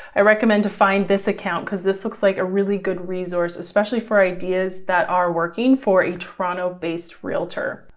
i recommend to find this account because this looks like a really good resource, especially for ideas that are working for a toronto based realtor.